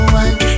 one